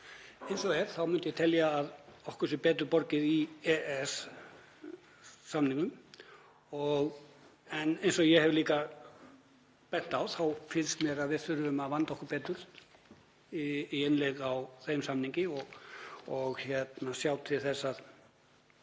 Eins og er myndi ég telja að okkur sé betur borgið inni í EES-samningnum en eins og ég hef líka bent á þá finnst mér að við þurfum að vanda okkur betur í innleiðingum tengdum þeim samningi og sjá til þess að